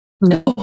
No